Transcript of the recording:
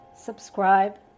Subscribe